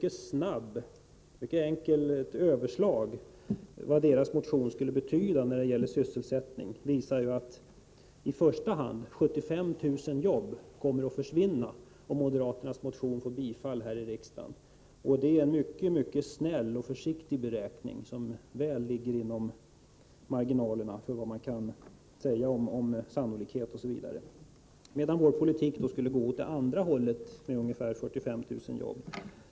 Ett mycket enkelt överslag av vad denna motion skulle betyda när det gäller sysselsättningen visar att i första hand 75 000 jobb kommer att försvinna om moderaternas motion får bifall här i riksdagen. Då är det ändå en mycket snäll och försiktig beräkning som väl ligger inom marginalerna för vad man kan säga om sannolikhet osv. Vår politik går åt andra hållet med ungefär 45 000 jobb.